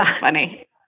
Funny